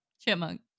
Chipmunk